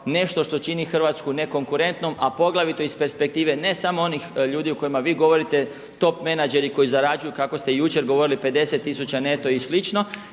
nešto što čini Hrvatsku nekonkurentnom a poglavito iz perspektive ne samo onih ljudi o kojima vi govorite, top menadžeri koji zarađuju kako ste jučer govorili 50 tisuća neto i